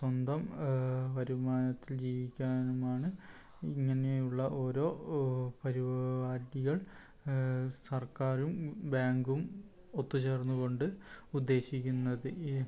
സ്വന്തം വരുമാനത്തിൽ ജീവിക്കാനുമാണ് ഇങ്ങനെയുള്ള ഓരോ പരിപാടികൾ സർക്കാരും ബാങ്കും ഒത്തുചേർന്നുകൊണ്ട് ഉദ്ദേശിക്കുന്നത്